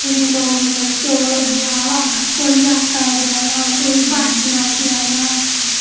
भिरी लोग कोई चौल देआ दा कोईआटा देआ दा कोई बाजरा देआ दा